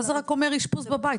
מה זה אומר אשפוז בבית?